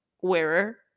wearer